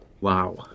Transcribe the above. Wow